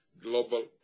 global